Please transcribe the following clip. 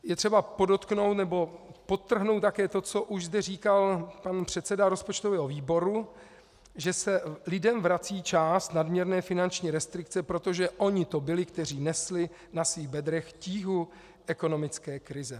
Je třeba podtrhnout také to, co už zde říkal pan předseda rozpočtového výboru, že se lidem vrací část nadměrné finanční restrikce, protože oni to byli, kteří nesli na svých bedrech tíhu ekonomické krize.